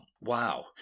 Wow